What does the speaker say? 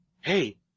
Hey